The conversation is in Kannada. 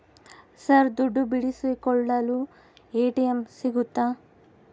ಸರ್ ದುಡ್ಡು ಬಿಡಿಸಿಕೊಳ್ಳಲು ಎ.ಟಿ.ಎಂ ಸಿಗುತ್ತಾ?